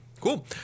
Cool